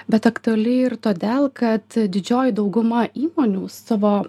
bet aktuali ir todėl kad didžioji dauguma įmonių savo